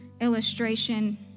illustration